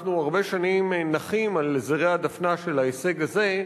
אנחנו הרבה שנים נחים על זרי הדפנה של ההישג הזה,